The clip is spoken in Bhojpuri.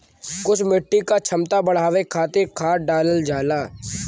कुछ मिट्टी क क्षमता बढ़ावे खातिर खाद डालल जाला